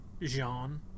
Jean